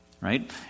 right